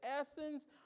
essence